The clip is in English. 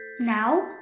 Now